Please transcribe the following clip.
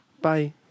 Bye